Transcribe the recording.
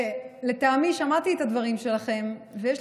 ששמעתי את הדברים שלכם ולטעמי,